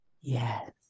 Yes